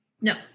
No